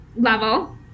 level